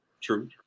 True